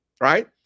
right